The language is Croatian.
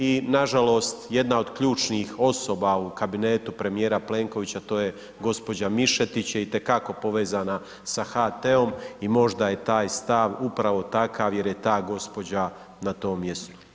I nažalost, jedna od ključnih osoba u kabinetu premjera Plenkovića, to je gđa. Mišetić, je itekako povezana sa HT-om i možda je taj stav upravo takav, jer je ta gđa. na tom mjestu.